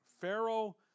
Pharaoh